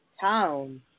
town